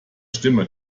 stimme